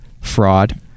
fraud